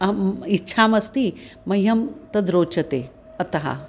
अहम् इच्छामि अस्मि मह्यं तद् रोचते अतः